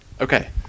Okay